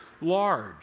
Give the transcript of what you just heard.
large